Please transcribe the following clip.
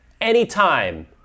Anytime